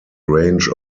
range